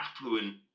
affluent